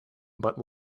but